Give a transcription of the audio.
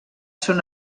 són